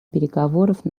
переговоров